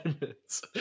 minutes